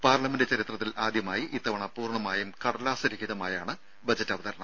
parliament ചരിത്രത്തിൽ ആദ്യമായി ഇത്തവണ പൂർണമായും കടലാസ് രഹിതമായാണ് ബജറ്റ് അവതരണം